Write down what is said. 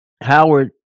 Howard